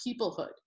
peoplehood